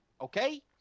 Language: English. okay